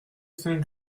saint